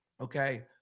Okay